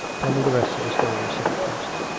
tell me the rest of the story, said the priest.